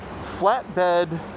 flatbed